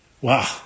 Wow